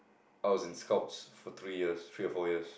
I was in scouts for three years three or four years